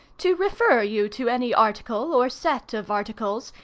to refer you to any article, or set of articles,